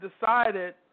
decided